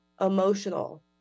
emotional